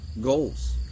goals